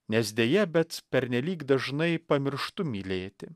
nes deja bet pernelyg dažnai pamirštu mylėti